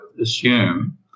assume